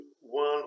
one